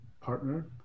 partner